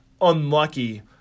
unlucky